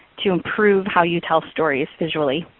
to improve how you tell stories visually.